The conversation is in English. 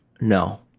No